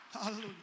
Hallelujah